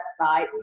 website